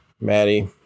Maddie